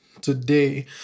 today